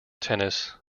tennis